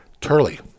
Turley